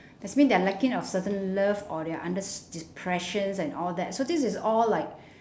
that's mean they're lacking of certain love or they're under st~ depressions and all that so this is all like